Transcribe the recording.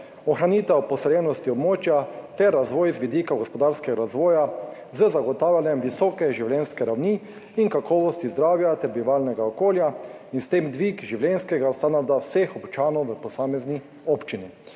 ohranitev poseljenosti območja ter razvoj z vidika gospodarskega razvoja z zagotavljanjem visoke življenjske ravni in kakovosti zdravja ter bivalnega okolja in s tem dvig življenjskega standarda vseh občanov v posamezni občini.